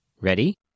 Ready